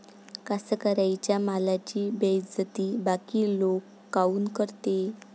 कास्तकाराइच्या मालाची बेइज्जती बाकी लोक काऊन करते?